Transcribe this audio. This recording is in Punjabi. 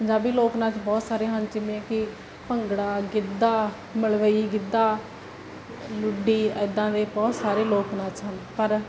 ਪੰਜਾਬੀ ਲੋਕ ਨਾਚ ਬਹੁਤ ਸਾਰੇ ਹਨ ਜਿਵੇਂ ਕਿ ਭੰਗੜਾ ਗਿੱਧਾ ਮਲਵਈ ਗਿੱਧਾ ਲੁੱਡੀ ਇੱਦਾਂ ਦੇ ਬਹੁਤ ਸਾਰੇ ਲੋਕ ਨੱਚ ਹਨ ਪਰ